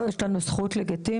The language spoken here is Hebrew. לא, יש לנו זכות לגיטימית.